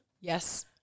yes